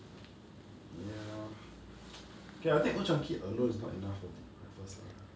ya okay I think old chang kee alone is not enough for breakfast lah